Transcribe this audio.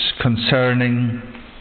concerning